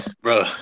Bro